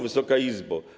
Wysoka Izbo!